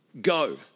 Go